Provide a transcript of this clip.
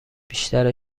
بیشتر